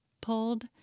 pulled